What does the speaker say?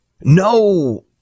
no